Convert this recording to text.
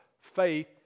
faith